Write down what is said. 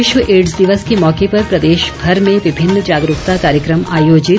विश्व एड्स दिवस के मौके पर प्रदेशभर में विभिन्न जागरूकता कार्यक्रम आयोजित